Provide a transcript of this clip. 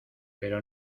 pero